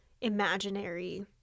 imaginary